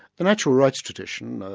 the natural rights tradition,